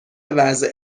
وضع